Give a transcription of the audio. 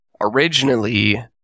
originally